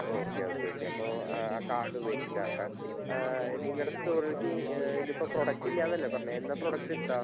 okay okay okay അപ്പോൾ ആ card വെച്ചിറ്റാക്കാ നിങ്ങളുടെ സ്റ്റോറിലേക്ക് ഇന്നിപ്പോൾ പ്രൊഡക്റ്റില്ലാന്നല്ലേ പറഞ്ഞത് എന്നാൽ പ്രൊഡക്റ്റെത്താ